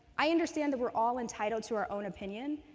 i understand that we are all entitled to our own opinion,